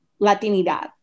Latinidad